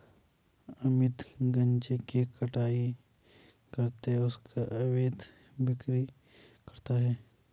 अमित गांजे की कटाई करके उसका अवैध बिक्री करता है